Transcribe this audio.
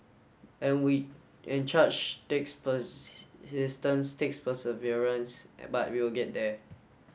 and we and charge takes persistence takes perseverance but we'll get there